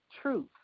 truth